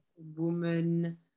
woman